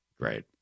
Great